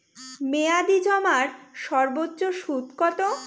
মেয়াদি জমার সর্বোচ্চ সুদ কতো?